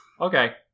Okay